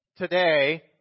Today